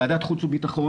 ועדת חוץ וביטחון,